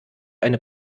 eine